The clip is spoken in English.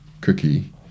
cookie